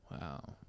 wow